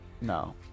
No